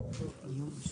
קודם כל נתחיל איתך.